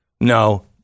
No